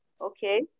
Okay